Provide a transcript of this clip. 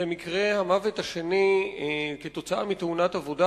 זה מקרה המוות השני כתוצאה מתאונת עבודה.